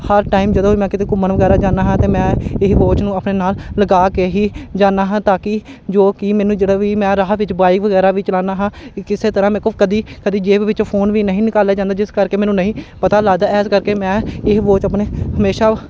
ਹਰ time ਜਦੋਂ ਵੀ ਮੈਂ ਕਿਤੇ ਘੁੰਮਣ ਵਗੈਰਾ ਜਾਂਦਾ ਹਾਂ ਤਾਂ ਮੈਂ ਇਹੀ ਵੋਚ ਨੂੰ ਆਪਣੇ ਨਾਲ ਲਗਾ ਕੇ ਹੀ ਜਾਂਦਾ ਹਾਂ ਤਾਂ ਕਿ ਜੋ ਕਿ ਮੈਨੂੰ ਜਿਹੜਾ ਵੀ ਮੈਂ ਰਾਹ ਵਿੱਚ ਬਾਈਕ ਵਗੈਰਾ ਵੀ ਚਲਾਉਂਦਾ ਹਾਂ ਕਿਸੇ ਤਰ੍ਹਾਂ ਮੇਰੇ ਕੋਲ ਕਦੀ ਕਦੀ ਜੇਬ ਵਿੱਚ ਫੋਨ ਵੀ ਨਹੀਂ ਨਿਕਾਲਿਆ ਜਾਂਦਾ ਜਿਸ ਕਰਕੇ ਮੈਨੂੰ ਨਹੀਂ ਪਤਾ ਲੱਗਦਾ ਇਸ ਕਰਕੇ ਮੈਂ ਇਹ ਵੋਚ ਆਪਣੇ ਹਮੇਸ਼ਾ